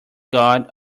god